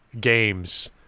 games